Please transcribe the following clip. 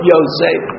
Yosef